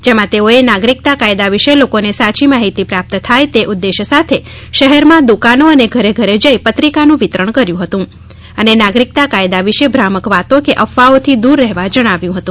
જેમાં તેઓએ નાગરિકતા કાયદા વિશે લોકોને સાચી માહિતી પ્રાપ્ત થાય તે ઉદ્દેશ સાથે શહેરમાં દુકાનો અને ઘરે ઘરે જઇ પત્રિકાનું વિતરણ કર્યું હતું અને નાગરિકતા કાયદા વિશે ભ્રામક વાતો કે અફવાઓથી દૂર રહેવા જણાવ્યું હતું